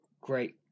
Great